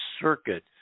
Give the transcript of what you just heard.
circuit